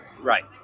Right